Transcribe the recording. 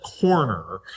corner